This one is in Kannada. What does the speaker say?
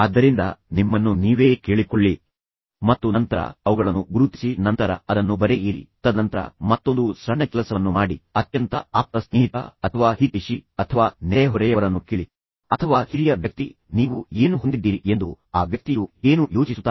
ಆದರೆ ಬಹುಶಃ ನಿಮಗೆ ಸಾಕಷ್ಟು ತಾಳ್ಮೆ ಮತ್ತು ಸಾಕಷ್ಟು ಮನವೊಲಿಸುವ ಸಾಮರ್ಥ್ಯವಿದ್ದರೆ ನೀವು ಮಾನವನ ದುಷ್ಟತನ ಮತ್ತು ವೈರತ್ವದಲ್ಲಿ ಸಾಮಾನ್ಯ ಪಾಲು ಮಾತ್ರ ಇನ್ನೊಬ್ಬರಿಗೆ ಇದೆ ಎಂದು ಒಬ್ಬರಿಗೊಬ್ಬರು ಮನವರಿಕೆ ಮಾಡುವಲ್ಲಿ ಯಶಸ್ವಿಯಾಗಬಹುದು